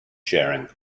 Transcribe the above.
sharing